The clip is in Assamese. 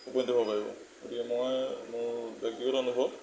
উপনীত হ'ব পাৰিব গতিকে মই মোৰ ব্যক্তিগত অনুভৱ